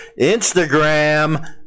Instagram